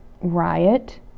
riot